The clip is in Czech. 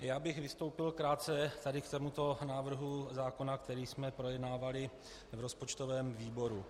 Já bych vystoupil krátce tady k tomuto návrhu zákona, který jsme projednávali v rozpočtovém výboru.